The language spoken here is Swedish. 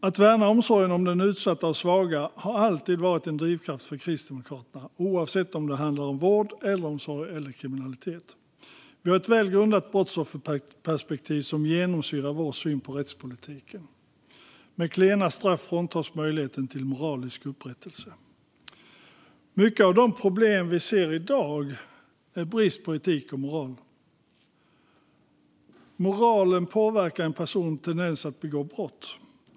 Att värna omsorgen om de utsatta och svaga har alltid varit en drivkraft för Kristdemokraterna, oavsett om det handlar om vård, äldreomsorg eller kriminalitet. Vi har ett väl grundat brottsofferperspektiv som genomsyrar vår syn på rättspolitiken. Klena straff tar bort möjligheten till moralisk upprättelse. Mycket av de problem vi ser i dag beror på brist på etik och moral. Moralen påverkar en persons tendens att begå brott.